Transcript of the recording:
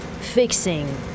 fixing